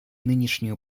нынешнюю